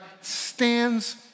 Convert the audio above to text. stands